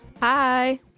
Hi